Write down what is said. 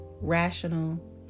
rational